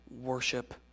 worship